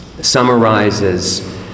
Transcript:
summarizes